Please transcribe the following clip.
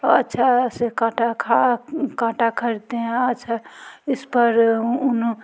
और अच्छा से काटा कांटा ख़रीदते हैं आज इस पर ऊन